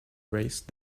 raised